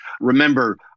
Remember